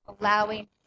allowing